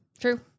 true